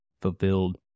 fulfilled